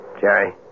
Jerry